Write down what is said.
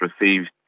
received